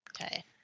Okay